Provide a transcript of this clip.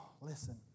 listen